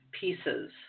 pieces